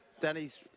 Danny's